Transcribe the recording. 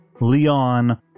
Leon